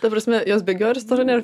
ta prasme jos bėgiojo restorane